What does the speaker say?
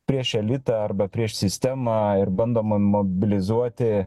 prieš elitą arba prieš sistemą ir bandoma mobilizuoti